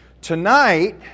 Tonight